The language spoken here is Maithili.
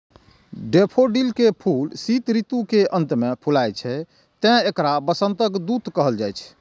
डेफोडिल के फूल शीत ऋतु के अंत मे फुलाय छै, तें एकरा वसंतक दूत कहल जाइ छै